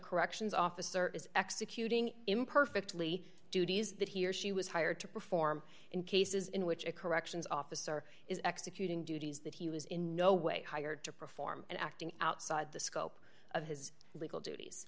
corrections officer is executing imperfectly duties that he or she was hired to perform in cases in which a corrections officer is executing duties that he was in no way hired to perform and acting outside the scope of his legal duties